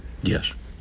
Yes